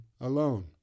alone